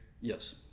Yes